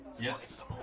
Yes